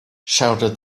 shouted